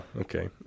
okay